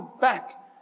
back